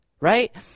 right